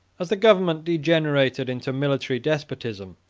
as the government degenerated into military despotism,